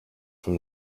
from